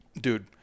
dude